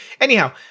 Anyhow